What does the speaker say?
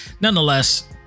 nonetheless